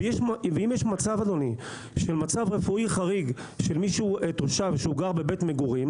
ואם יש מצב של מצב רפואי חריג של תושב שגר בבית מגורים